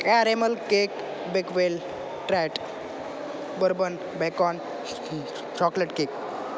caramel cake bakewell tart bourbon bacon chocolate cake